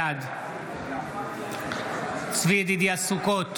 בעד צבי ידידיה סוכות,